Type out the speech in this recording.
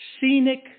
scenic